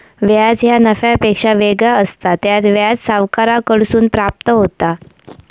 व्याज ह्या नफ्यापेक्षा वेगळा असता, त्यात व्याज सावकाराकडसून प्राप्त होता